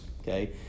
Okay